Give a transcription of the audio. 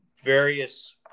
various